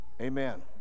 amen